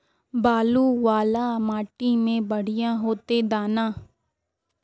बालू वाला माटी में बढ़िया होते दाना?